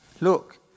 Look